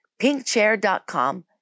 pinkchair.com